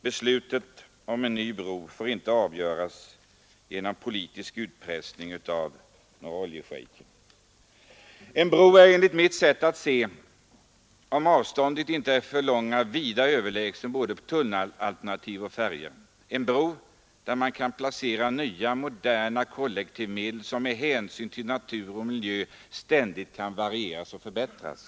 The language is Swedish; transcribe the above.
Beslutet om en ny bro får inte avgöras genom politisk utpressning av några oljeschejker. En bro är enligt mitt sätt att se, om avstånden inte är för långa, vida överlägsen både tunnelalternativ och färjor, en bro där man kan placera in nya moderna kollektivtransportmedel som med hänsyn till natur och miljö ständigt kan varieras och förbättras.